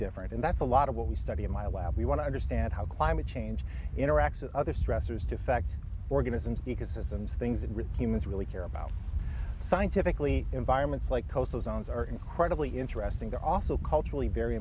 different and that's a lot of what we study in my lab we want to understand how climate change interacts with other stressors to affect organisms ecosystems things that humans really care about scientifically environments like coastal zones are incredibly interesting to also culturally very